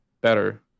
better